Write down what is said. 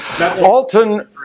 Alton